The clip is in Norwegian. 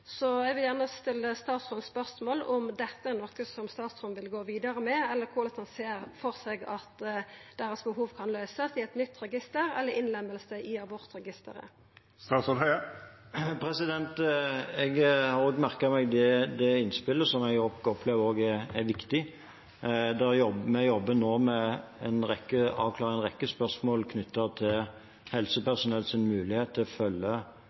Så eg vil gjerne stilla statsråden spørsmål om dette er noko som statsråden vil gå vidare med, eller korleis han ser for seg at behova deira kan løysast i eit nytt register eller ved innlemming i abortregisteret. Jeg har også merket meg det innspillet, som jeg opplever er viktig. Vi jobber nå med å avklare en rekke spørsmål knyttet til helsepersonells mulighet til å følge